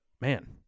man